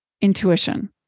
intuition